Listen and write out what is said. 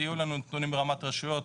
יהיו לנו נתונים ברמת רשויות